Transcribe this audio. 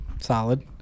Solid